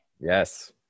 Yes